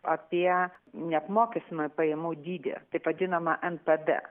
apie neapmokestinamąjį pajamų dydį taip vadinamą npd